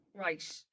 Right